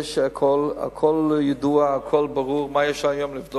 יש הכול, הכול ידוע, הכול ברור, מה יש לבדוק?